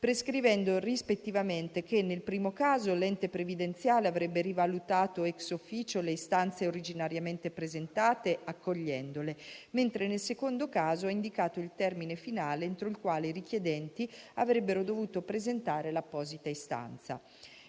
prescrivendo rispettivamente che nel primo caso l'ente previdenziale avrebbe rivalutato *ex officio* le istanze originariamente presentate, accogliendole, mentre nel secondo caso ha indicato il termine finale entro il quale i richiedenti avrebbero dovuto presentare l'apposita istanza.